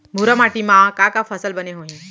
भूरा माटी मा का का फसल बने होही?